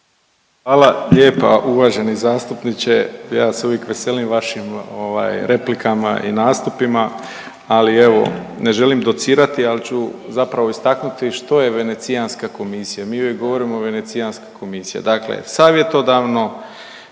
Hvala lijepa uvaženi zastupniče. Ja se uvijek veselim vašim replikama i nastupima, ali evo, ne želim docirati ali ću zapravo istaknuti što je Venecijanska komisija. Mi uvijek govorimo Venecijanska komisija. Dakle savjetodavno